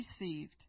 received